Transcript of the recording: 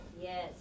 Yes